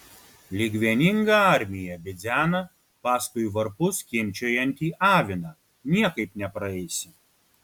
lyg vieninga armija bidzena paskui varpu skimbčiojantį aviną niekaip nepraeisi